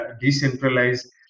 decentralized